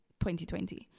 2020